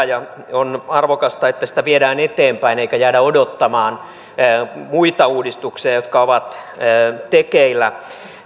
on hyvä asia ja on arvokasta että sitä viedään eteenpäin eikä jäädä odottamaan muita uudistuksia jotka ovat tekeillä